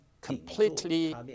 completely